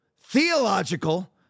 theological